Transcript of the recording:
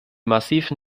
massiven